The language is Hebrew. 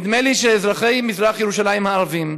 נדמה לי שאזרחי מזרח ירושלים הערבים,